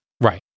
Right